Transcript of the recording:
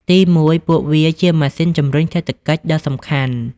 ទីមួយ ពួកវាជាម៉ាស៊ីនជំរុញសេដ្ឋកិច្ចដ៏សំខាន់។